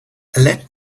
let